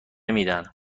میدن